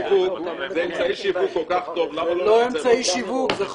זה אמצעי שיווק כל כך טוב, למה לא --- תרשה לי.